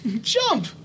Jump